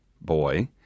boy